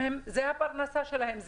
אם זאת הפרנסה שלהם,